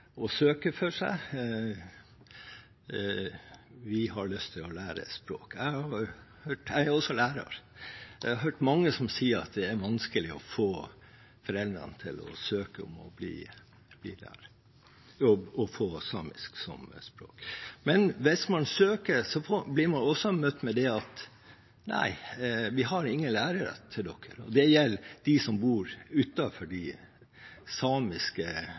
søke for seg – vi har lyst til å lære et språk. Jeg er også lærer, og jeg har hørt mange som sier at det er vanskelig å få foreldrene til å søke om å få samisk som språk. Men hvis man søker, blir man også møtt med: Nei, vi har ingen lærere til dere. Det gjelder de som bor utenfor de samiske